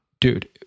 Dude